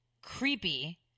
Creepy